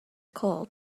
cold